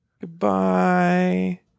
goodbye